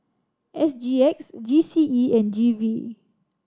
S G X G C E and G V